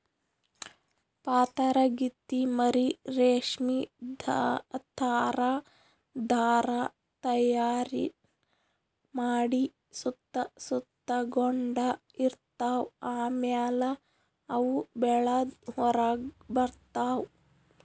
ಪಾತರಗಿತ್ತಿ ಮರಿ ರೇಶ್ಮಿ ಥರಾ ಧಾರಾ ತೈಯಾರ್ ಮಾಡಿ ಸುತ್ತ ಸುತಗೊಂಡ ಇರ್ತವ್ ಆಮ್ಯಾಲ ಅವು ಬೆಳದ್ ಹೊರಗ್ ಬರ್ತವ್